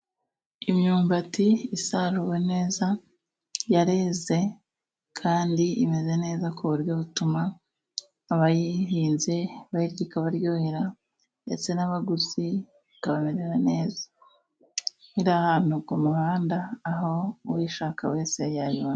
Imyumbati isaruwe neza, yareze kandi imeze neza, ku buryo butuma, abayihinze, yera ikabaryohera, ndetse n'abaguzi ikabamerera neza, irahantu ku muhanda, aho uyishaka wese yabibona.